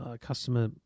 customer